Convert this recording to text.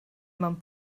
mewn